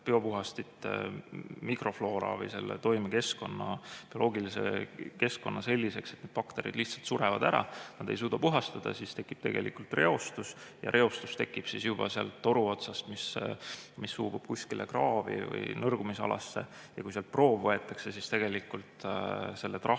biopuhastite mikrofloora või selle toimekeskkonna, bioloogilise keskkonna selliseks, et bakterid lihtsalt surevad ära, nad ei suuda puhastada, siis tekib tegelikult reostus ja reostus tekib juba seal toru otsas, mis suubub kuskile kraavi või nõrgumisalasse. Ja kui sealt proov võetakse, siis trahvi selle eest